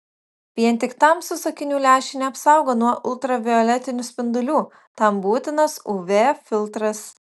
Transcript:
vien tik tamsūs akinių lęšiai neapsaugo nuo ultravioletinių spindulių tam būtinas uv filtras